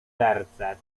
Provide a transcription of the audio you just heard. serce